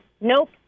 nope